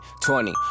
twenty